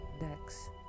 next